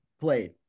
played